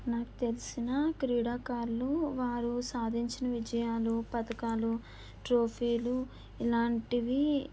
నాకు తెలిసినా క్రీడాకారులు వారు సాధించిన విజయాలు పథకాలు ట్రోఫీలు ఇలాంటివి